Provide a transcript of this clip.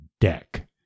deck